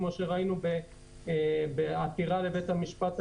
כמו שראינו בעתירה של בית המשפט העליון,